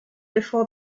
before